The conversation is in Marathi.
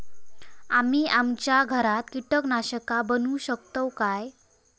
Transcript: आम्ही आमच्या घरात कीटकनाशका बनवू शकताव काय?